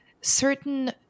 certain